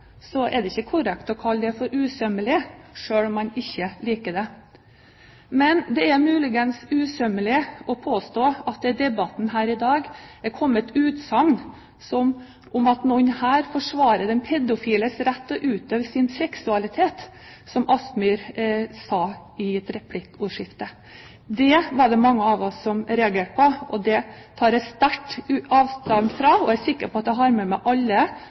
det er ikke korrekt å kalle det for usømmelig, selv om man ikke liker det. Men det er muligens usømmelig å påstå i debatten her i dag at noen her forsvarer den pedofiles rett til å utøve sin seksualitet, som Kielland Asmyhr sa i et replikkordskifte. Det var det mange av oss som reagerte på, og det tar jeg sterkt avstand fra, og jeg er sikker på at jeg har med meg alle